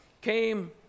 came